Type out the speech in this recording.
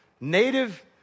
native